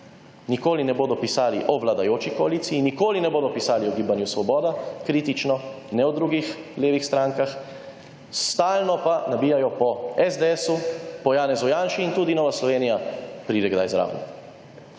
nikoli ne bodo pisali o vladajoči koaliciji, nikoli ne bodo pisali o Gibanju Svoboda, kritično, ne o drugih, levih strankah, stalno pa nabijajo po SDS, po Janezu Janši in tudi Nova Slovenija pride kdaj zraven.